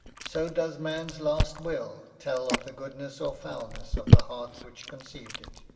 so does man's last will tell of the goodness or foulness of the heart which conceived it.